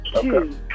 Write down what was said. two